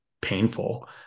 painful